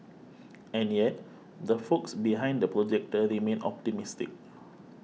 and yet the folks behind The Projector remain optimistic